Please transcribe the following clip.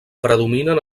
predominen